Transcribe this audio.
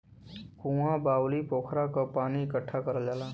कुँआ, बाउली, पोखरा क पानी इकट्ठा करल जाला